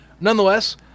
Nonetheless